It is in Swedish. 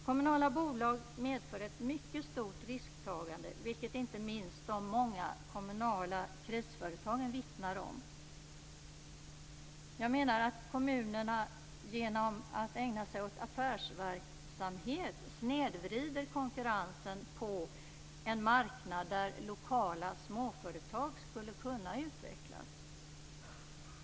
Kommunala bolag medför ett mycket stort risktagande, vilket inte minst de många kommunala krisföretagen vittnar om. Genom att kommunerna ägnar sig åt affärsverksamhet snedvrider de konkurrensen på en marknad där lokala småföretag skulle kunna utvecklas.